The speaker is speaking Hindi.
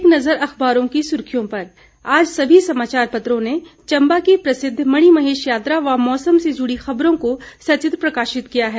एक नज़र अखबारों की सुर्खियों पर आज सभी समाचार पत्रों ने चंबा की प्रसिद्ध मणिमहेश यात्रा व मौसम से जुड़ी खबरों को सचित्र प्रकाशित किया है